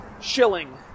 shilling